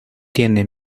tiene